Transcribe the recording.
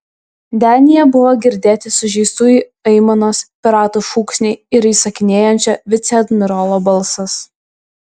denyje buvo girdėti sužeistųjų aimanos piratų šūksniai ir įsakinėjančio viceadmirolo balsas